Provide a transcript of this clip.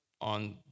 on